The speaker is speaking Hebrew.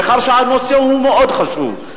מכיוון שהנושא הוא מאוד חשוב,